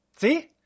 See